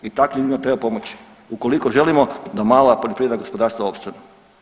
I takvim ljudima treba pomoći ukoliko želimo da mala poljoprivredna gospodarstva opstanu.